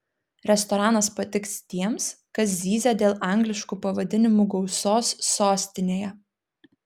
restoranas patiks tiems kas zyzia dėl angliškų pavadinimų gausos sostinėje